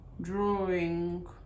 drawing